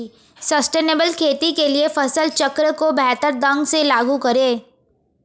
sustainable खेती के लिए फसल चक्र को बेहतर ढंग से लागू करें